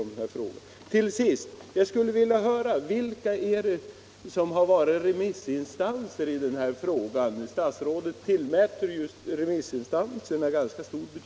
Slutligen vill jag säga att statsrådet ju tillmäter remissinstanserna så stor betydelse, och då skulle jag vilja höra vilka som har varit remissinstanser i denna fråga.